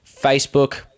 Facebook